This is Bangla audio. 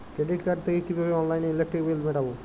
ক্রেডিট কার্ড থেকে কিভাবে অনলাইনে ইলেকট্রিক বিল মেটাবো?